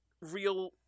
real